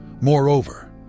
Moreover